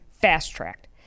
fast-tracked